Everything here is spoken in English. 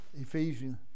Ephesians